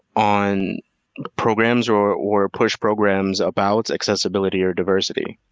on programs or or push programs about accessibility or diversity.